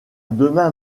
demain